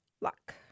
luck